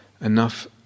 enough